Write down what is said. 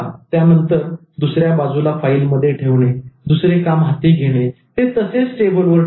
त्यानंतर दुसऱ्या बाजूला फाईल मध्ये ठेवणे दुसरे काम हाती घेणे ते तसेच टेबल वर ठेवणे